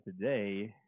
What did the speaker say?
today